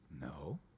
No